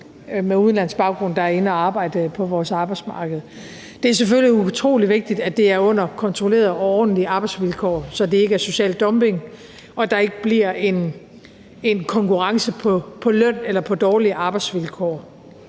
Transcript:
med udenlandsk baggrund, der er inde at arbejde på vores arbejdsmarked. Det er selvfølgelig utrolig vigtigt, at det er under kontrollerede og ordentlige arbejdsvilkår, så det ikke er social dumping, og at der ikke bliver en konkurrence på løn eller på dårlige arbejdsvilkår.